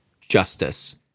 justice